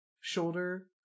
shoulder